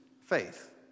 faith